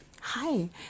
Hi